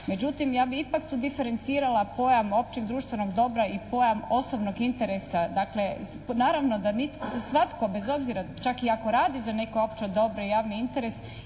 međutim ja bih ipak tu diferencirala pojam općeg društvenog dobra i pojam osobnog interesa. Dakle, naravno da mi, svatko bez obzira čak i ako radi za neko opće dobro i javni interes